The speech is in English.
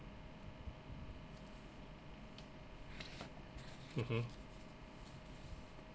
mmhmm